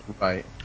Right